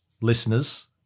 listeners